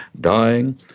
dying